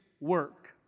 work